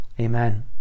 Amen